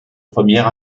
première